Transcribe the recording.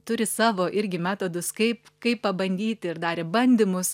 turi savo irgi metodus kaip kaip pabandyti ir darė bandymus